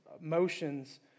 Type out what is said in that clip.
emotions